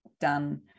done